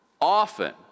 often